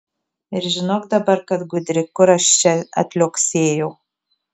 ir žinok dabar kad gudri kur aš čia atliuoksėjau